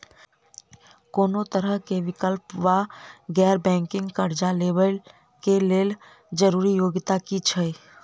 कोनो तरह कऽ वैकल्पिक वा गैर बैंकिंग कर्जा लेबऽ कऽ लेल जरूरी योग्यता की छई?